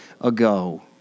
ago